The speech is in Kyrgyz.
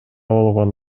болгон